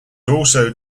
also